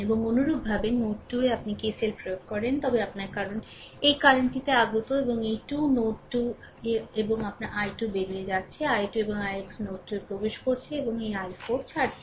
এবং অনুরূপভাবে নোড 2এ আপনি KCL প্রয়োগ করেন তবে আপনার কারন এই কারেন্টটি আগত এবং এই 2 নোড 2 এবং আপনার i2 এ বেরিয়ে যাচ্ছে i2 এবং ix নোড 2 এ প্রবেশ করছে এবং এই I4 ছাড়ছে